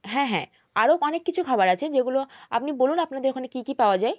হ্যাঁ হ্যাঁ আরও অনেক কিছু খাবার আছে যেগুলো আপনি বলুন আপনাদের ওখানে কী কী পাওয়া যায়